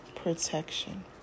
protection